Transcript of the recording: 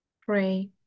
Pray